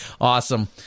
Awesome